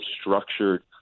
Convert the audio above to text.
structured